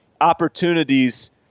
opportunities